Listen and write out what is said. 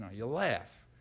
ah you laugh.